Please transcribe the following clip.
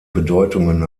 bedeutungen